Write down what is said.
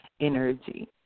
energy